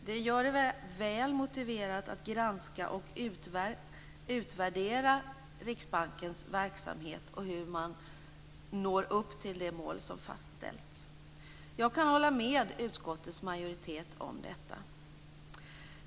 Det gör det väl motiverat att granska och utvärdera Riksbankens verksamhet och hur man når upp till de mål som fastställts. Jag kan hålla med utskottets majoritet om detta.